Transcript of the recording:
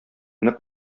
нык